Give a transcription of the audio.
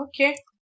Okay